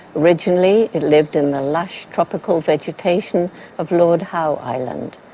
originally it lived in the lush tropical vegetation of lord howe island,